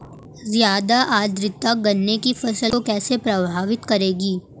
ज़्यादा आर्द्रता गन्ने की फसल को कैसे प्रभावित करेगी?